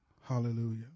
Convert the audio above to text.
Hallelujah